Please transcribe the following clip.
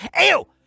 Ew